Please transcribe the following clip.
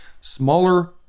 smaller